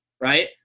right